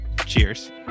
Cheers